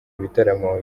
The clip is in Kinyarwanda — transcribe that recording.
ibitaramo